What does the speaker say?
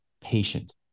patient